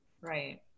Right